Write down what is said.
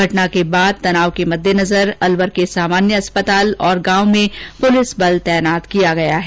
घटना के बाद तनाव के मद्दे नजर अलवर के सामान्य अस्पताल और गांव में पुलिस बल तैनात है